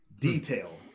detail